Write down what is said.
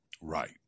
Right